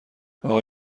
اقا